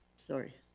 sorry.